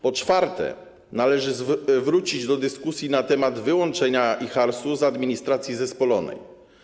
Po czwarte, należy wrócić do dyskusji na temat wyłączenia IJHARS z administracji zespolonej.